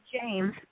James